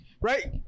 right